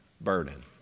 burden